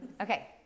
Okay